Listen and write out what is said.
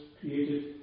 created